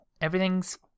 everything's